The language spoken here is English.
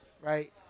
right